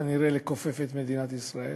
כנראה לכופף את מדינת ישראל?